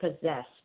possessed